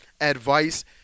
advice